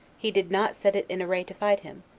he did not set it in array to fight him,